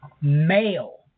male